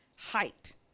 height